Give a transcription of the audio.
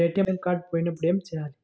ATM card పోయినప్పుడు ఏమి చేయాలి?